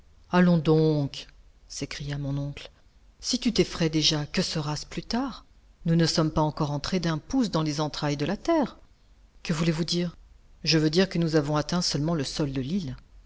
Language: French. allons donc s'écria mon oncle si tu t'effrayes déjà que sera-ce plus tard nous ne sommes pas encore entrés d'un pouce dans les entrailles de la terre que voulez-vous dire je veux dire que nous avons atteint seulement le sol de l'île